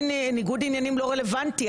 לגביי, ניגוד עניינים לא רלוונטי.